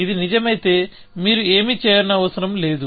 ఇది నిజమైతే మీరు ఏమీ చేయవలసిన అవసరం లేదు